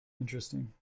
Interesting